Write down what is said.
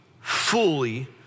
fully